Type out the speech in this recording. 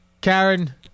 Karen